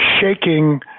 shaking